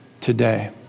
today